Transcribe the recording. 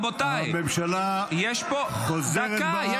הממשלה חוזרת בה -- רגע,